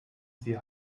sie